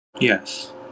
Yes